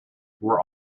were